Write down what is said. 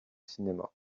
cinéma